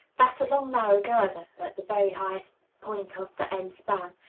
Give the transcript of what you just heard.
that's a long, narrow girder at the very highest point of the end-span.